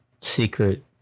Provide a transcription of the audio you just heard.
secret